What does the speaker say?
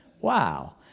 Wow